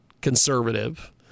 conservative